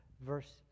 verse